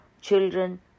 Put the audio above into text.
children